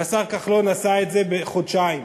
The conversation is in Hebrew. והשר כחלון עשה את זה בחודשיים.